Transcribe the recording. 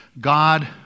God